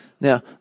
Now